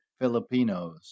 Filipinos